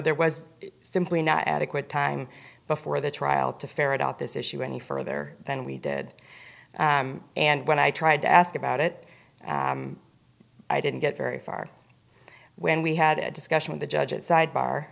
there was simply not adequate time before the trial to ferret out this issue any further than we did and when i tried to ask about it i didn't get very far when we had a discussion with the judge at sidebar